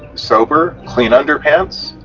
sober, clean underpants'?